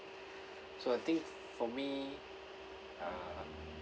so I think for me um